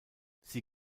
sie